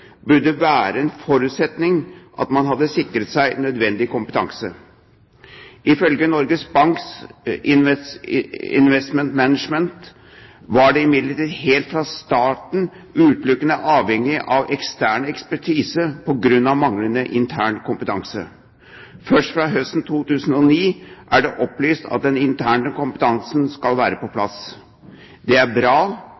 burde det være en forutsetning at man hadde sikret seg nødvendig kompetanse. Ifølge Norges Bank Investment Management var det imidlertid helt fra starten utelukkende avhengig av ekstern ekspertise på grunn av manglende intern kompetanse. Først fra høsten 2009 er det opplyst at den interne kompetansen skal være på